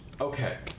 Okay